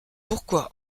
pourquoi